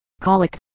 Colic